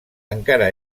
encara